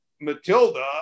Matilda